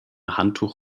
handtuch